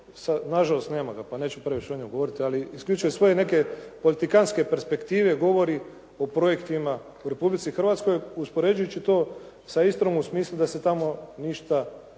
na žalost nema ga pa neću previše o njemu govoriti, ali isključivo svoje neke politikantske perspektive govori o projektima u Republici Hrvatskoj uspoređujući to sa Istrom u smislu da se tamo ništa ne